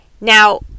Now